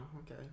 Okay